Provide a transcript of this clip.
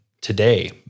today